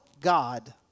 God